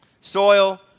Soil